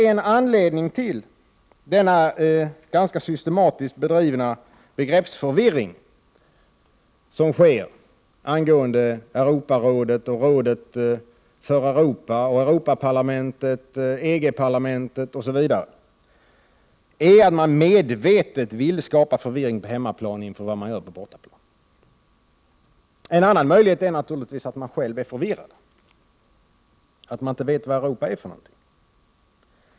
En anledning till den ganska systematiskt drivna begreppsförvirringen — när man talar om Europarådet, rådet för Europa, Europaparlamentet, EG-parlamentet osv. — är att man medvetet vill skapa förvirring på hemmaplan om vad man gör på bortaplan. En annan möjlighet är naturligtvis att man själv är förvirrad, att man inte vet vad Europa är för någonting.